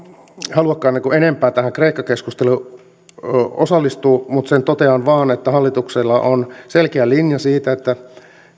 haluakaan enempää tähän kreikka keskusteluun osallistua mutta totean vain sen että hallituksella on selkeä linja siitä että